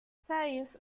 sainz